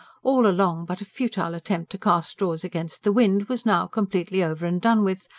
all along but a futile attempt to cast straws against the wind, was now completely over and done with,